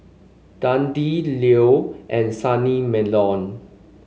Dundee Leo and Sunny Meadow